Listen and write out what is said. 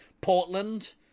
portland